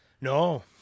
No